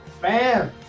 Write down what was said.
Bam